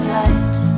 light